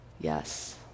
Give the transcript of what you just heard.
yes